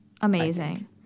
amazing